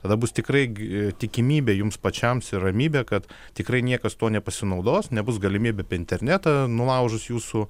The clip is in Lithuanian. tada bus tikrai g tikimybė jums pačiams ir ramybė kad tikrai niekas tuo nepasinaudos nebus galimybių apie internetą nulaužus jūsų